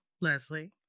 Leslie